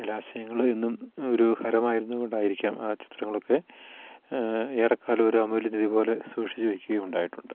ജലാശയങ്ങൾ എന്നും ഒരു ഹരമായിരുന്നത് കൊണ്ടായിരിക്കാം ആ ചിത്രങ്ങളൊക്കെ ഏറെക്കാലം ഒരു അമൂല്യനിധി പോലെ സൂക്ഷിച്ചു വയ്ക്കുക ഉണ്ടായിട്ടുണ്ട്